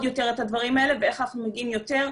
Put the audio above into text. יותר את הדברים האלה ואיך אנחנו מגיעים יותר,